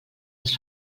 les